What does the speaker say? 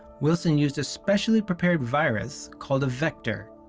wilson used a specially prepared virus called a vector.